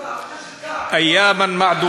בצורה הרבה יותר